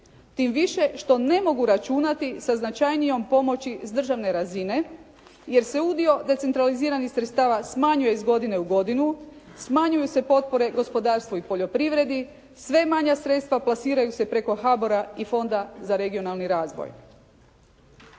tim više što ne mogu računati sa značajnijom pomoći s državne razine jer se udio decentraliziranih sredstava smanjuje iz godine u godinu, smanjuju se potpore gospodarstvu i poljoprivredi, sve manja sredstva plasiraju se preko HABOR-a i Fonda za regionalni razvoj.